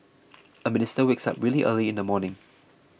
a minister wakes up really early in the morning